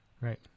Right